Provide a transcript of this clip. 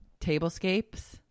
tablescapes